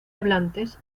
hablantes